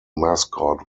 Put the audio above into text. mascot